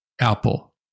apple